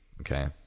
okay